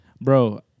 Bro